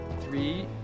Three